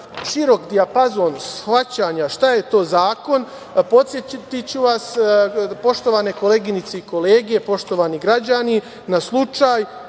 širok dijapazon shvatanja šta je to zakon, podsetiću vas, poštovane koleginice i kolege, poštovani građani, na slučaj